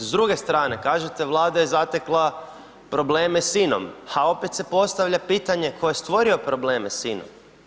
S druge strane kažete Vlada je zatekla probleme s INA-om, ha opet se postavlja pitanje tko je stvorio probleme s INA-om?